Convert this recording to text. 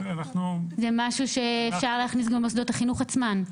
זה משהו שאפשר להכניס גם במוסדות החינוך עצמם.